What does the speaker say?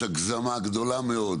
יש הגזמה גדולה מאוד